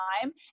time